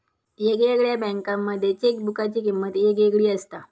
येगयेगळ्या बँकांमध्ये चेकबुकाची किमंत येगयेगळी असता